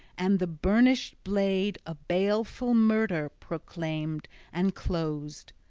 and the burnished blade a baleful murder proclaimed and closed.